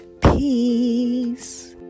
peace